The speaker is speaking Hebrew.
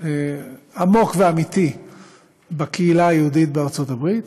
עמוק ואמיתי בקהילה היהודית בארצות הברית,